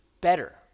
better